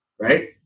right